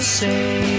say